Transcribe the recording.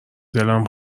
دلم